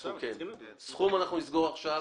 הסכום אנחנו נסגור עכשיו,